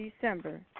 December